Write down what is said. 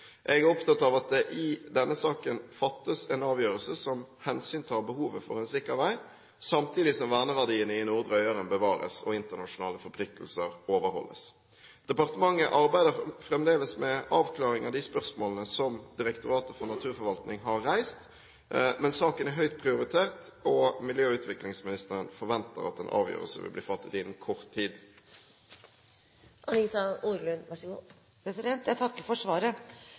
Jeg er opptatt av at det i denne saken fattes en avgjørelse som hensyntar behovet for en sikker vei, samtidig som verneverdiene i Nordre Øyeren bevares og internasjonale forpliktelser overholdes. Departementet arbeider fremdeles med avklaring av de spørsmålene som Direktoratet for naturforvaltning har reist. Saken er høyt prioritert, og miljø- og utviklingsministeren forventer at en avgjørelse vil bli fattet innen kort tid.